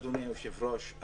אדוני היושב-ראש,